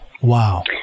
Wow